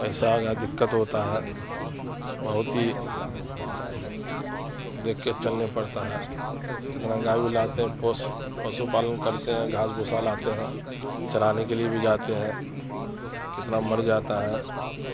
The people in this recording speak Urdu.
پیسہ کا دقت ہوتا ہے بہت ہی دیکھ کے چلنے پڑتا ہے کتنا گائے بھی لاتے ہیں پوس پشو پالن کرتے ہیں گھاس بھوسا لاتے ہیں چرانے کے لیے بھی جاتے ہیں کتنا مر جاتا ہے